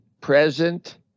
present